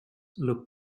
look